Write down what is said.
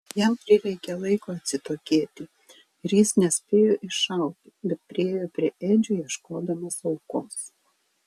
jam prireikė laiko atsitokėti ir jis nespėjo iššauti bet priėjo prie ėdžių ieškodamas aukos